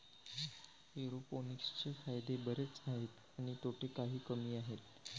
एरोपोनिक्सचे फायदे बरेच आहेत आणि तोटे काही कमी आहेत